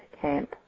camp